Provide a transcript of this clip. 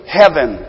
heaven